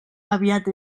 aviat